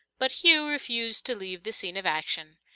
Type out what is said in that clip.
but hugh refused to leave the scene of action.